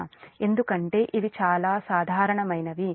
ఎందుకంటే ఇవి చాలా సాధారణమైనవి